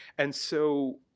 and so,